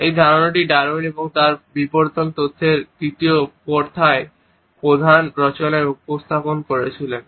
এই ধারণাটি ডারউইন তার বিবর্তন তত্ত্বের তৃতীয় প্রধান রচনায় উপস্থাপন করেছিলেন